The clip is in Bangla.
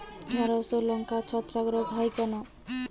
ঢ্যেড়স ও লঙ্কায় ছত্রাক রোগ কেন হয়?